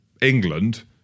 England